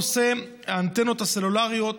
נושא האנטנות הסלולריות,